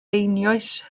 einioes